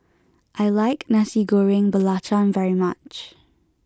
I like Nasi Goreng Belacan very much